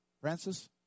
Francis